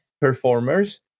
performers